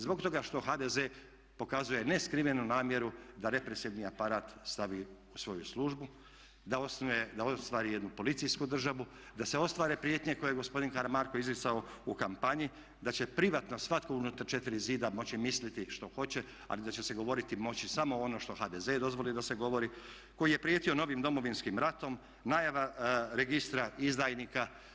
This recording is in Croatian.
Zbog toga što HDZ pokazuje neskrivenu namjeru da represivni aparat stavi u svoju službu, da ostvari jednu policijsku državu, da se ostvare prijetnje koje je gospodin Karamarko izricao u kampanji, da će privatno svatko unutar četiri zida moći misliti što hoće, ali da će se govoriti moći samo ono što HDZ dozvoli da se govori, koji je prijetio novim Domovinskim ratom, najava registra izdajnika.